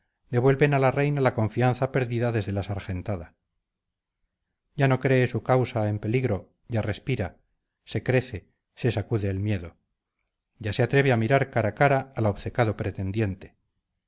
devuelven a la reina la confianza perdida desde la sargentada ya no cree su causa en peligro ya respira se crece se sacude el miedo ya se atreve a mirar cara a cara al obcecado pretendiente